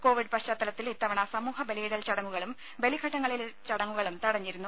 Covid പശ്ചാത്തലത്തിൽ ഇത്തവണ സമൂഹ ബലിയിടൽ ചടങ്ങുകളും ബലി ഘട്ടങ്ങളിലെ ചടങ്ങുകളും തടഞ്ഞിരുന്നു